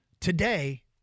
today